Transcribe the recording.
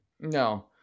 No